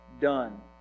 done